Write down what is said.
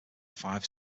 five